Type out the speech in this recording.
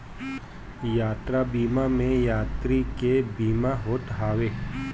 यात्रा बीमा में यात्री के बीमा होत हवे